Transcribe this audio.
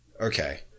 okay